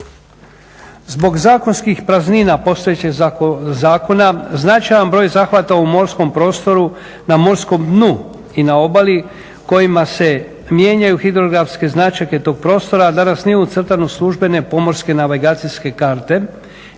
Zbog zakonskih praznina postojećeg zakona, značajan broj zahvata u morskom prostoru, na morskom dnu i na obali kojima se mijenjaju hidrografske značajke tog prostora a danas nije ucrtano u službene pomorske navigacijske karte